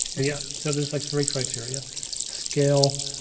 yeah so there's like three criteria skill,